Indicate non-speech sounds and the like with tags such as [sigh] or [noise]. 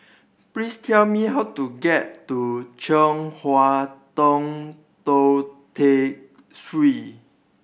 please tell me how to get to Chong Hua Tong Tou Teck [unintelligible]